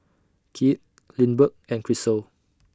Kieth Lindbergh and Krystle